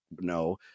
no